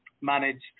managed